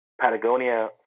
Patagonia